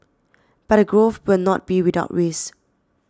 but the growth will not be without risk